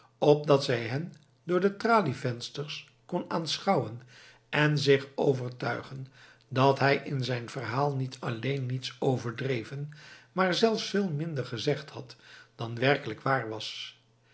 opdat zij hen door de tralievensters kon aanschouwen en zich overtuigen dat hij in zijn verhaal niet alleen niets overdreven maar zelfs veel minder gezegd had dan werkelijk waar was